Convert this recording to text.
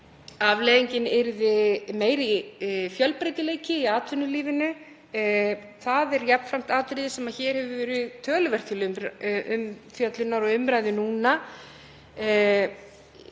Afleiðingin yrði meiri fjölbreytileiki í atvinnulífinu. Það er jafnframt atriði sem hér hefur verið töluvert til umfjöllunar og umræðu í